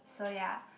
so ya